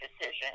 decision